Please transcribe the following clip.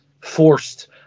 forced